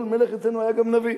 כל מלך אצלנו היה גם נביא.